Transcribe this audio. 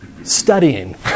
Studying